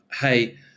hey